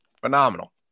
phenomenal